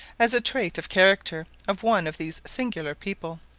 as a trait of character of one of these singular people.